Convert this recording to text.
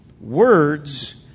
Words